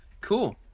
Cool